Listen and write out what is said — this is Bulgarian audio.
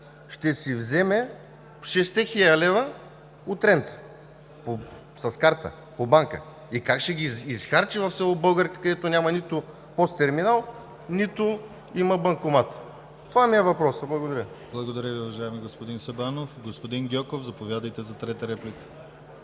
ще си вземе 6000 лв. от рента – с карта, по банка? И как ще ги изхарчи в село Българка, където няма нито ПОС терминал, нито има банкомат? Това ми е въпросът. Благодаря. ПРЕДСЕДАТЕЛ ДИМИТЪР ГЛАВЧЕВ: Благодаря Ви, уважаеми господин Сабанов. Господин Гьоков, заповядайте за трета реплика.